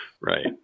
Right